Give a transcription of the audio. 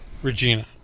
Regina